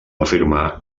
afirmar